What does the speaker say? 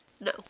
No